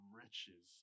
riches